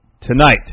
tonight